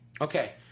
Okay